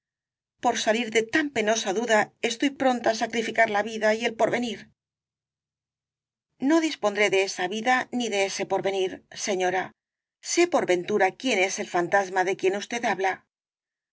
por salir de tan penosa duda estoy pronta á sacrificar la vida y el porvenir no dispondré de esa vida ni de ese porvenir señora sé por ventura quién es el fantasma de quien usted habla